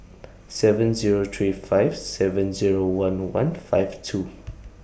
seven Zero three five seven Zero one one five two